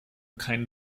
kein